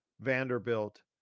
Vanderbilt